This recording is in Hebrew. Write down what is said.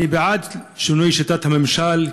אני בעד שינוי שיטת הממשל,